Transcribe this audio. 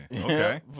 Okay